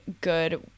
good